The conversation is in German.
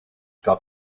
gab